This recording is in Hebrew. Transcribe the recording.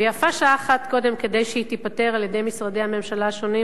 ויפה שעה אחת קודם כדי שהיא תיפתר על-ידי משרדי הממשלה השונים,